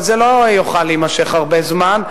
אבל זה לא יכול להימשך הרבה זמן.